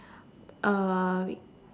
uh